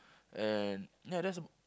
and ya that's ab~